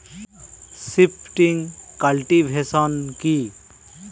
Shifting cultivation কি?